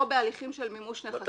או בהליכים של מימוש נכסים.